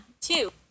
two